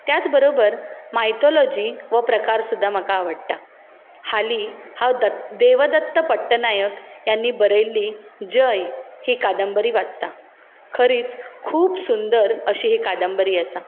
त्याच बरोबर मायथोलॉजी हो प्रकार सुद्दां म्हाका आवडटा हालीं हांव दत्त देवदत्त पट्टनायक ह्यांनी बरयल्ली जय ही कादंबरी वाचतां खरीच खूब सुंदर अशी ही कादंबरी आसा